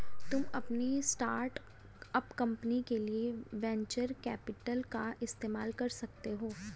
तुम अपनी start up company के लिए वेन्चर कैपिटल का इस्तेमाल कर सकते हो